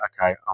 okay